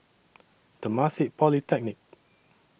Temasek Polytechnic